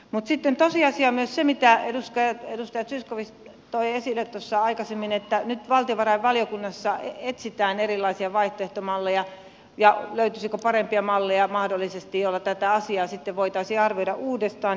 mutta sitten tosiasia on myös se mitä edustaja zyskowicz toi esille tuossa aikaisemmin että nyt valtiovarainvaliokunnassa etsitään erilaisia vaihtoehtomalleja ja sitä löytyisikö mahdollisesti parempia malleja joilla tätä asiaa voitaisiin arvioida uudestaan